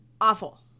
awful